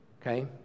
Okay